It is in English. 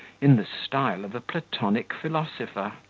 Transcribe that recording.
in the style of a platonic philosopher.